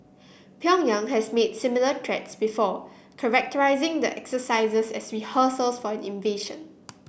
Pyongyang has made similar threats before characterising the exercises as rehearsals for an invasion